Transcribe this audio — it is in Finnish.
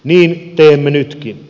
niin teemme nytkin